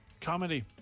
Comedy